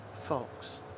folks